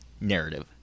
narrative